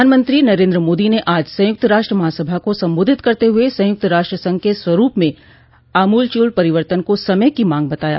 प्रधानमंत्री नरेन्द्र मोदी ने आज संयुक्त राष्ट्र महासभा का सम्बोधित करते हुए संयुक्त राष्ट्र संघ के स्वरूप में आमूलचूल परिवर्तन को समय की मांग बताया